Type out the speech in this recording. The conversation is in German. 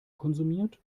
konsumiert